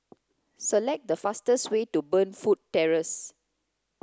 select the fastest way to Burnfoot Terrace